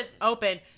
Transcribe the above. open